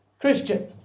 Christian